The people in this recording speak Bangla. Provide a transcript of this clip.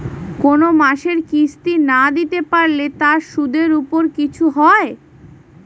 কোন মাসের কিস্তি না দিতে পারলে তার সুদের উপর কিছু হয়?